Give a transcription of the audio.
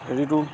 হেৰিটো